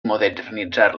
modernitzar